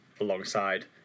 alongside